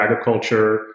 agriculture